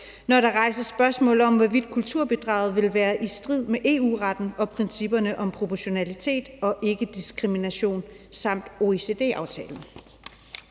når der rejses spørgsmål om, hvorvidt kulturbidraget vil være i strid med EU-retten og principperne om proportionalitet og ikkediskrimination samt OECD-aftalen.